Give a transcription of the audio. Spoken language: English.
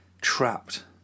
trapped